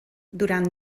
durant